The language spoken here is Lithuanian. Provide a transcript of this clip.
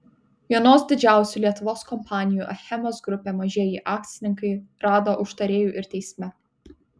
vienos didžiausių lietuvos kompanijų achemos grupė mažieji akcininkai rado užtarėjų ir teisme